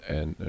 en